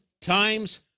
times